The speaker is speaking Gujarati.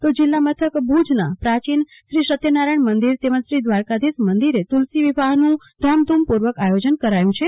તો જિલ્લા મથક ભુજના પ્રાયીન શ્રી સત્યનારાયણ મંદિર તેમજ શ્રી દવારકાધીશ મંદિરે તુ લસી વિવહનું ધામધુ મપુ ર્વક આયજેન કરાયુ છે